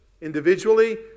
individually